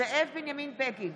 זאב בנימין בגין,